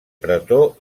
pretor